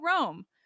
Rome